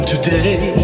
today